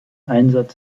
einsatz